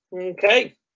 Okay